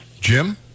jim